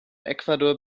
ecuador